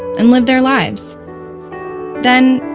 and live their lives then,